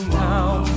down